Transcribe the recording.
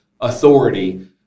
authority